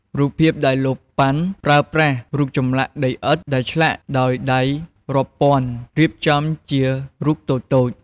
រូបភាពដែល លោក ប៉ាន់ ប្រើប្រាស់ រូបចម្លាក់ដីឥដ្ឋដែលឆ្លាក់ដោយដៃរាប់ពាន់ រៀបចំជារូបតូចៗ ។